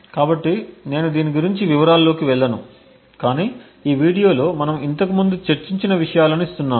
కాబట్టి నేను దీని గురించి వివరాల్లోకి వెళ్ళను కాని ఈ వీడియోలో మనం ఇంతకుముందు చర్చించిన విషయాలను ఇస్తున్నాను